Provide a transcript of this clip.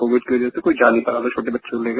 Covid की वजह से कोई जा नहीं पा रहा था छोटे बच्चे को लेकर